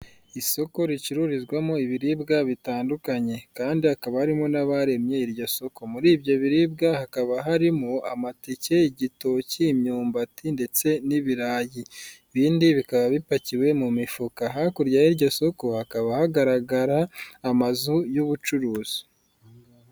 Isoko ricururizwamo ibiribwa bitandukanye kandi hakaba harimo n'abaremye iryo soko, muri ibyo biribwa hakaba harimo amateke, igitoki, imyumbati ndetse n'ibirayi, ibindi bikaba bipakiwe mu mifuka, hakurya y'iryo soko hakaba hagaragara amazu y'ubucuruzi.